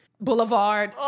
boulevard